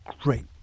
great